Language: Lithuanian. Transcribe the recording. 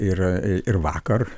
ir ir vakar